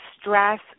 stress